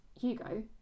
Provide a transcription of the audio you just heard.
Hugo